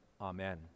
amen